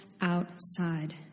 outside